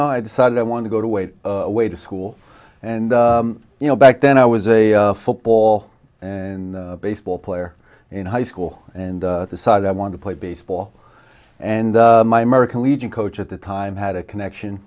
know i decided i wanted to go to wait way to school and you know back then i was a football and baseball player in high school and the side i wanted to play baseball and my merican legion coach at the time had a connection